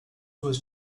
was